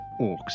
orcs